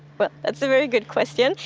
but that's a very good question.